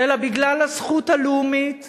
אלא בגלל הזכות הלאומית